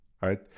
right